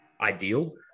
ideal